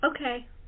okay